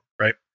right